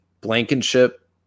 Blankenship